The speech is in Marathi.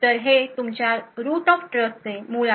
तर हे तुमच्या रूट ऑफ ट्रस्टचे मूळ आहे